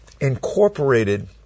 incorporated